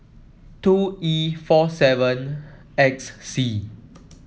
two E four seven X C